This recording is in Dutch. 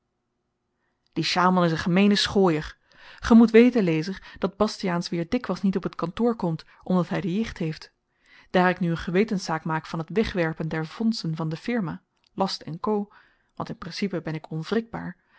die sjaalman is een gemeene schooier ge moet weten lezer dat bastiaans weer dikwyls niet op t kantoor komt omdat hy de jicht heeft daar ik nu een gewetenszaak maak van het wegwerpen der fondsen van de firma last co want in principes ben ik onwrikbaar